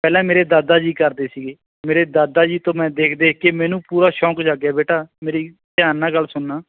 ਪਹਿਲਾਂ ਮੇਰੇ ਦਾਦਾ ਜੀ ਕਰਦੇ ਸੀਗੇ ਮੇਰੇ ਦਾਦਾ ਜੀ ਤੋਂ ਮੈਂ ਦੇਖ ਦੇਖ ਕੇ ਮੈਨੂੰ ਪੂਰਾ ਸ਼ੌਂਕ ਲੱਗ ਗਿਆ ਬੇਟਾ ਮੇਰੀ ਧਿਆਨ ਨਾਲ ਗੱਲ ਸੁਣਨਾ